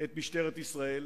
את משטרת ישראל,